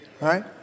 right